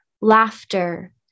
Laughter